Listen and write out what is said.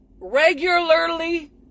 regularly